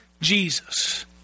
Jesus